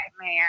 man